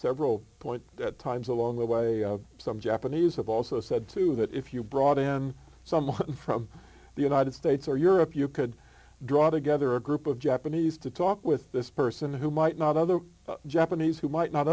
several points at times along the way some japanese have also said too that if you brought in someone from the united states or europe you could draw together a group of japanese to talk with this person who might not otherwise japanese who might not